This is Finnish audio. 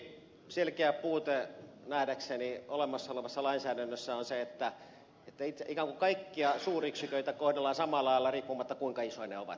nähdäkseni yksi selkeä puute olemassa olevassa lainsäädännössä on se että ikään kuin kaikkia suuryksiköitä kohdellaan samalla lailla riippumatta siitä kuinka isoja ne ovat